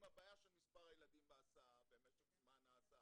הבעיה של מספר הילדים בהסעה ומשך זמן ההסעה,